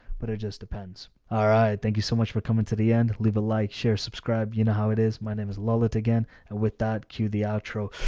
but it just depends. all right. thank you so much for coming to the end, leave a like share subscribe. you know how it is. my name is lola again, and with that cue, the outro.